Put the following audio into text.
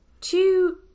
Two